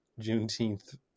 Juneteenth